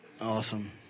Awesome